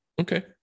Okay